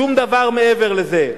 שום דבר מעבר לזה.